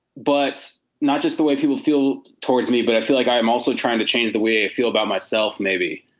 but not just the way people feel towards me, but i feel like i'm also trying to change the way i feel about myself. maybe.